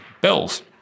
bills